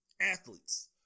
athletes